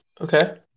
Okay